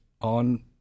on